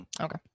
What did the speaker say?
okay